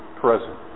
present